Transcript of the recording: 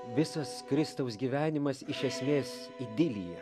visas kristaus gyvenimas iš esmės idilija